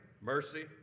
Mercy